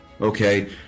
okay